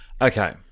Okay